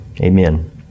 Amen